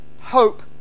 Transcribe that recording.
hope